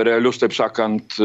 realius taip sakant